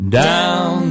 down